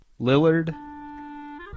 Lillard